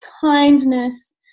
kindness